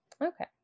okay